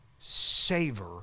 savor